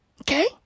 Okay